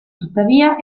tuttavia